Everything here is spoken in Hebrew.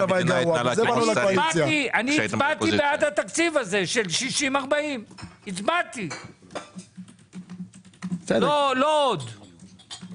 אני הצבעתי בעד התקציב הזה של 60-40. לא יהיה יותר.